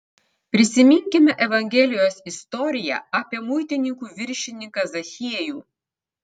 prisiminkime evangelijos istoriją apie muitininkų viršininką zachiejų